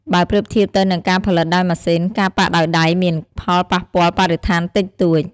បើប្រៀបធៀបទៅនឹងការផលិតដោយម៉ាស៊ីន ការប៉ាក់ដោយដៃមាន ផលប៉ះពាល់បរិស្ថានតិចតួច។